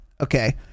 Okay